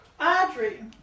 Audrey